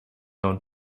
owned